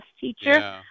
teacher